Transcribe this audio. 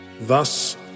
Thus